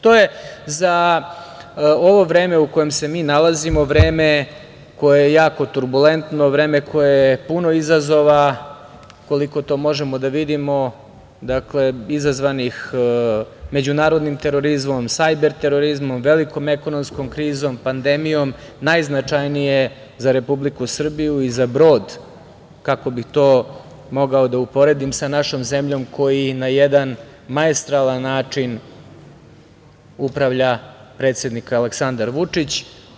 To je za ovo vreme u kojem se mi nalazimo vreme koje je jako turbulentno, vreme koje je puno izazova, koliko to možemo da vidimo, izazvanih međunarodnim terorizmom, sajber terorizmom, velikom ekonomskom krizom, pandemijom, najznačajnije za Republiku Srbiju i za brod, kako bih to mogao da uporedim, sa našom zemljom koji na jedan maestralan način upravlja predsednik Aleksandar Vučić.